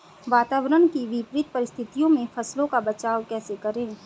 वातावरण की विपरीत परिस्थितियों में फसलों का बचाव कैसे करें?